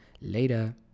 later